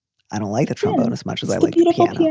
i don't like the trombone as much as i like, you know.